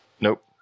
Nope